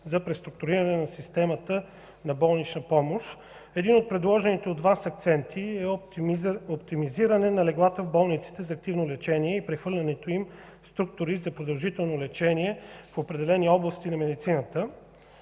за преструктуриране на системата на болнична помощ. Един от предложените от Вас акценти е оптимизиране на леглата в болниците за активно лечение и прехвърлянето им в структури за продължително лечение в определени области на медицината.